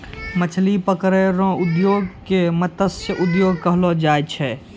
मछली पकड़ै रो उद्योग के मतस्य उद्योग कहलो जाय छै